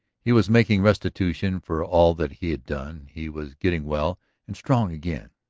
he was making restitution for all that he had done, he was getting well and strong again,